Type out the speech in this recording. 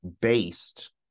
based